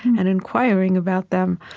and inquiring about them,